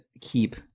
keep